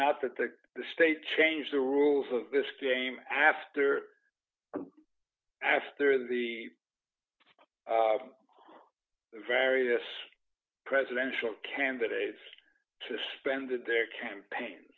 and that that the state changed the rules of this game after after the various presidential candidates to suspended their campaign